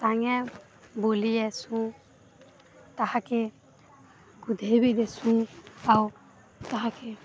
ତାକୁ ବୁଲେଇ ଆସୁ ତାକୁ ଗାଧେଇ ବିି ଦେଉ ଆଉ ତାହାକୁ